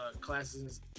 classes